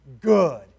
good